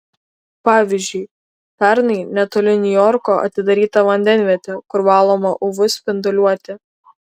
pavyzdžiui pernai netoli niujorko atidaryta vandenvietė kur valoma uv spinduliuote